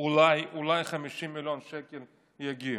שאולי 50 מיליון שקל יגיעו.